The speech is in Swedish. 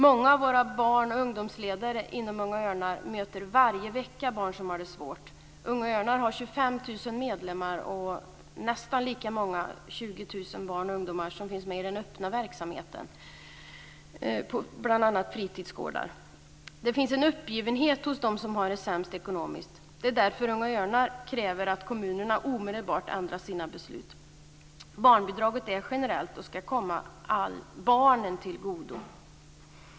Många av våra barn och ungdomsledare inom Unga Örnar möter varje vecka barn som har det svårt. Unga Örnar har 25 000 medlemmar och nästan lika många, 20 000, barn och ungdomar som finns med i den öppna verksamheten på bl.a. fritidsgårdar. Det finns en uppgivenhet hos dem som har det sämst ekonomiskt. Det är därför Unga Örnar kräver att kommunerna omedelbart ändrar sina beslut. Barnbidraget är generellt och ska komma barnen till godo.